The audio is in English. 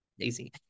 Easy